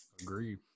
Agree